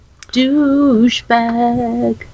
douchebag